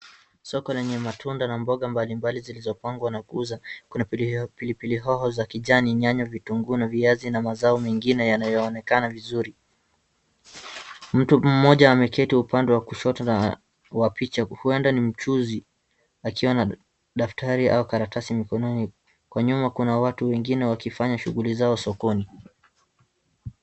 Soko lenye matunda na mboga mbalimbali zilizopangwa na kuuza. Kuna pilipili hoho za kijani, nyanya, vitunguu na viazi na mazao mengine yanayoonekana vizuri. Mtu mmoja ameketi upande wa kushoto na wa picha. Huenda ni mchuzi akiwa na daftari au karatasi mikononi. Kwa nyuma kuna watu wengine wakifanya shughuli zao sokoni.